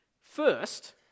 First